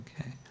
okay